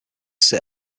sit